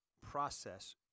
process